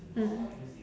mm